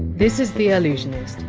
this is the allusionist,